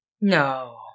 No